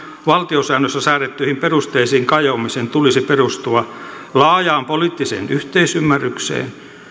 valtiosäännössä säädettyihin perusteisiin kajoamisen tulisi perustua laajaan poliittiseen yhteisymmärrykseen